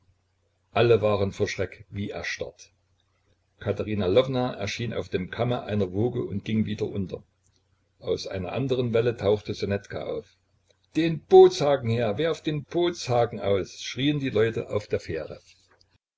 alle waren vor schreck wie erstarrt katerina lwowna erschien auf dem kamme einer woge und ging wieder unter aus einer andern welle tauchte ssonetka auf den bootshaken her werft den bootshaken aus schrieen die leute auf der fähre